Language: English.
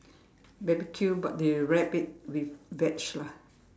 barbeque but they wrap it with veg lah